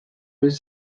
with